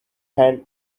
hand